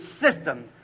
system